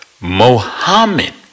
Mohammed